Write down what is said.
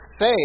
say